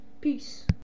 Peace